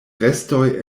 restoj